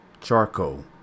charcoal